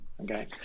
Okay